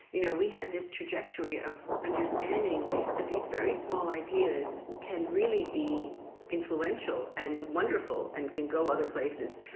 you know, we had this trajectory of understanding that these very small ideas can really be influential and wonderful and can go other places.